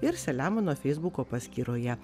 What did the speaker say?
ir selemono feisbuko paskyroje